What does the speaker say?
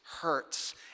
hurts